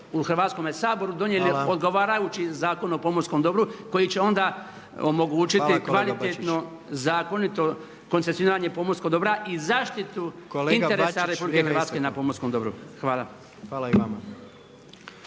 Hvala i vama.